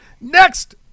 Next